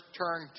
turn